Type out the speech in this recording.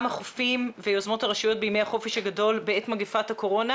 החופים ויוזמות הרשויות בימי החופש הגדול בעת מגפת הקורונה.